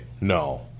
No